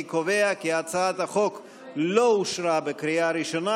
אני קובע כי הצעת החוק לא אושרה בקריאה ראשונה,